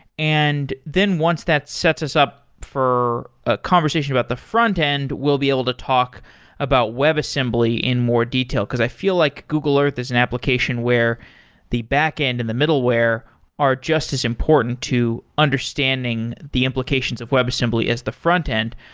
and then once that sets us up for a conversation about the frontend, we'll be able to talk about webassembly in more detail. because i feel like google earth is an application where the backend and the middleware are just as important to understanding the implications of webassembly as the frontend.